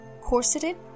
Corseted